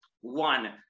One